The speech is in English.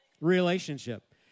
Relationship